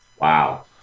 Wow